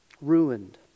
ruined